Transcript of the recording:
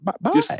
Bye